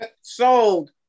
Sold